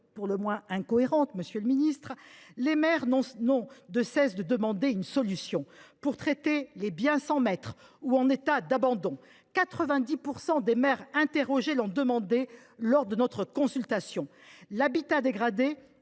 pour le moins incohérentes, les maires n’ont de cesse de demander une solution pour traiter les biens sans maître ou en état d’abandon : 90 % des maires interrogés l’ont évoqué lors de notre consultation. L’habitat dégradé